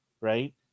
right